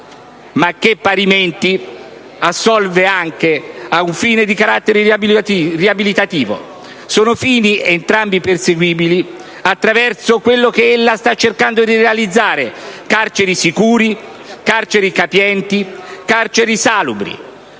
e parimenti assolve anche a un fine di carattere riabilitativo. Sono fini entrambi perseguibili attraverso quello che ella sta cercando di realizzare: carceri sicure, capienti e salubri